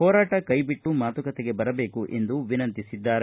ಹೋರಾಟ ಕೈದಿಟ್ಟು ಮಾತುಕತೆಗೆ ಬರಬೇಕು ಎಂದು ವಿನಂತಿಸಿದ್ದಾರೆ